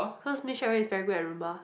cause Miss Sharon is very good at Rumba